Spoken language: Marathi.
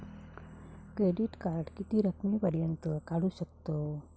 क्रेडिट कार्ड किती रकमेपर्यंत काढू शकतव?